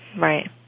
right